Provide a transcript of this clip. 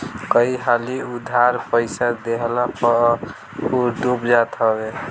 कई हाली उधार पईसा देहला पअ उ डूब जात हवे